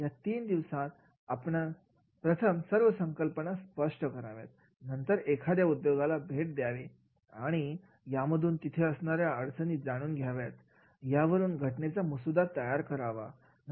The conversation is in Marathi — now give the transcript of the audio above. या तीन दिवसात आपणां प्रथम सर्व संकल्पना स्पष्ट कराव्यात नंतर एखाद्या उद्योगाला भेट द्यावी आणि यामधून तिथे असणाऱ्या जाणून घ्याव्यात यावरून घटनेचा मसुदा तयार करावा